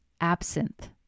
absinthe